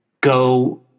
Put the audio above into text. go